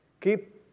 keep